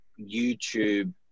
YouTube